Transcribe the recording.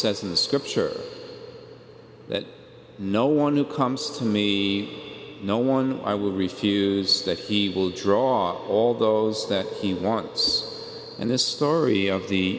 says in the scripture that no one who comes to me no one i will refuse that he will draw all those that he wants and this story of the